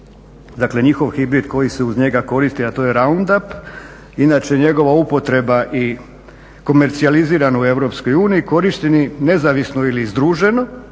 dakle njihov hibrid koji se uz njega koristi a to je raundap. Inače njegova upotreba je komercijalizirana u Europskoj uniji, korišteni nezavisno ili združeno,